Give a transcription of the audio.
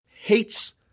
hates